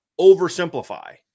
oversimplify